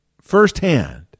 firsthand